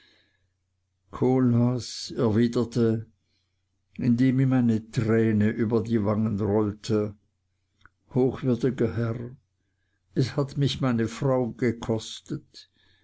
kohlhaas erwiderte indem ihm eine träne über die wangen rollte hochwürdiger herr es hat mich meine frau gekostet